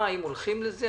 האם הולכים לזה.